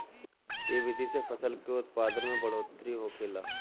इ विधि से फसल के उत्पादन में बढ़ोतरी होखेला